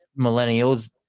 millennials